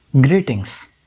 Greetings